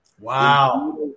wow